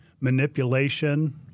manipulation